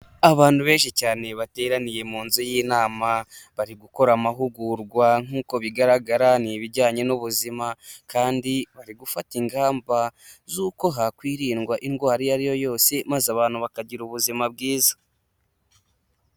Abantu benshi cyane bateraniye mu nzu y'inama, bari gukora amahugurwa nk'uko bigaragara ni ibijyanye n'ubuzima kandi bari gufata ingamba z'uko hakwirindwa indwara iyo ari yo yose, maze abantu bakagira ubuzima bwiza.